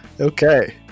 Okay